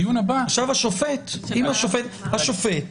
השופט